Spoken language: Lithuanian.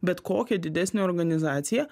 bet kokią didesnę organizaciją